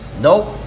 nope